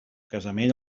casament